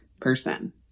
person